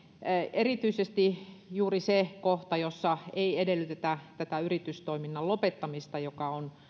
erityisesti juuri se kohta jossa ei edellytetä tätä yritystoiminnan lopettamista mikä on